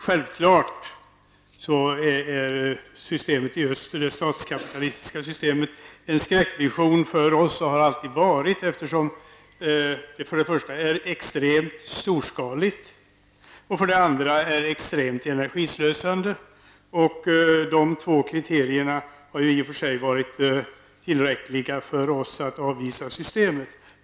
Självfallet är systemet i öster, det statskapitalistiska systemet, en skräckvision för oss. Det har det alltid varit, eftersom det för det första är extremt storskaligt och för det andra är extremt energislösande. Dessa två kriterier har i och för sig varit tillräckliga för att vi skall avvisa systemet.